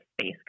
space